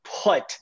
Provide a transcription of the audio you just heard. put